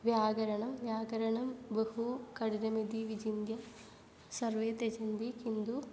व्याकरणं व्याकरणं बहु कठिनमिति विचिन्त्य सर्वे त्यजन्ति किन्तु